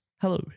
hello